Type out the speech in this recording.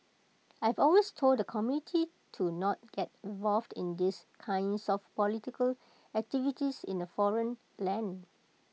I've always told the community to not get involved in these kinds of political activities in A foreign land